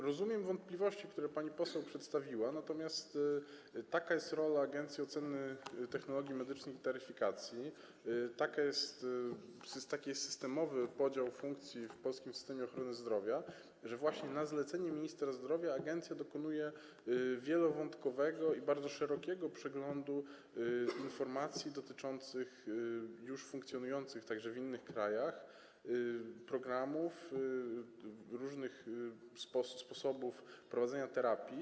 Rozumiem wątpliwości, które pani poseł przedstawiła, natomiast taka jest rola Agencji Oceny Technologii Medycznych i Taryfikacji, taki jest systemowy podział funkcji w polskim systemie ochrony zdrowia, że właśnie na zlecenie ministra zdrowia agencja dokonuje wielowątkowego i bardzo szerokiego przeglądu informacji dotyczących już funkcjonujących, także w innych krajach, programów, różnych sposobów prowadzenia terapii.